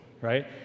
right